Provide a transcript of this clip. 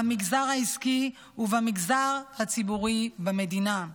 במגזר העסקי ובמגזר הציבורי במדינה.